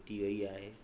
मिटी वेई आहे